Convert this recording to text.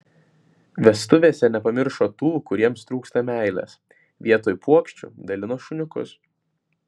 vestuvėse nepamiršo tų kuriems trūksta meilės vietoj puokščių dalino šuniukus